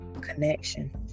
connection